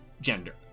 gender